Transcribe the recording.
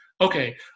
Okay